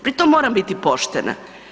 Pri tom moram biti poštena.